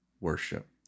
worship